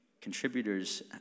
Contributors